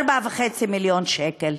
4.5 מיליון שקל.